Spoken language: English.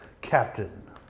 Captain